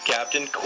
Captain